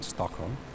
Stockholm